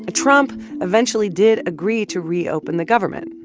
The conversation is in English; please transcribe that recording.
ah trump eventually did agree to reopen the government,